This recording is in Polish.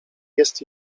jest